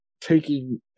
taking